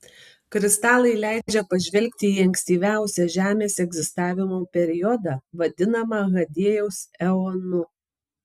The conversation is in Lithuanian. kristalai leidžia pažvelgti į ankstyviausią žemės egzistavimo periodą vadinamą hadėjaus eonu